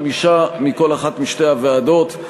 חמישה מכל אחת משתי הוועדות.